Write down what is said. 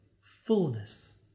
fullness